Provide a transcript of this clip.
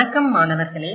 வணக்கம் மாணவர்களே